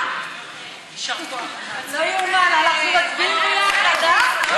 ההצעה להעביר את הצעת חוק העונשין (תיקון,